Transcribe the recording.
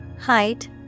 height